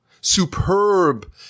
superb